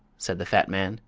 said the fat man,